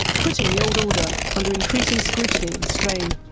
putting the old order under increasing scrutiny and strain.